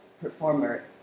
performer